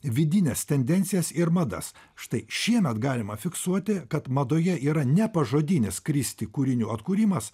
vidines tendencijas ir madas štai šiemet galima fiksuoti kad madoje yra ne pažodinis kristi kūrinių atkūrimas